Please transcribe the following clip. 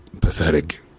pathetic